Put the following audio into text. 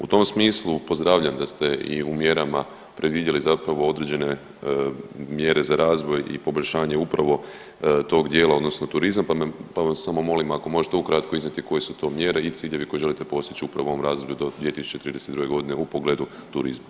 U tom smislu pozdravljam da ste i u mjerama predvidjeli zapravo određene mjere za razvoj i poboljšanje upravo tog dijela odnosno turizam, pa vas samo molim ako možete ukratko iznijeti koje su to mjere i ciljevi koje želite postići upravo u ovom razdoblju do 2032. g. u pogledu turizma?